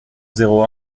zéro